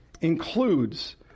includes